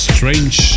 Strange